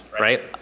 right